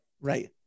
Right